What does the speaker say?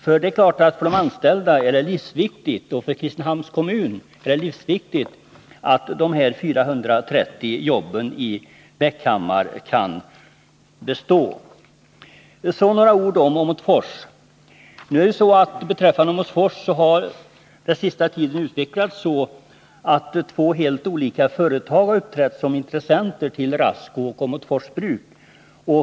För de anställda och Kristinehamns kommun är det naturligtvis livsviktigt att de 430 jobben i Bäckhammar kan bestå. Så några ord om Åmotfors. Under den senaste tiden har utvecklingen varit den att två helt olika företag uppträtt som intressenter till Rasco och Åmotfors Bruk.